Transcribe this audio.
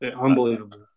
Unbelievable